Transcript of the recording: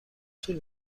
طول